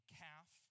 calf